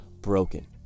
broken